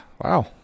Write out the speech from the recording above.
wow